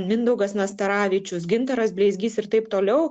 mindaugas nastaravičius gintaras bleizgys ir taip toliau